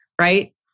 right